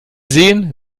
sehen